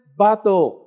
battle